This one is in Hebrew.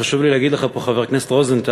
חשוב לי להגיד לך פה, חבר הכנסת רוזנטל,